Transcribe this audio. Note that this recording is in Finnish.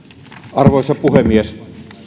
arvoisa puhemies